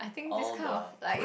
all the